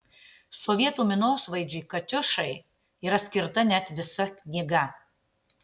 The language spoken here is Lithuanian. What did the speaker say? sovietų minosvaidžiui katiušai yra skirta net visa knyga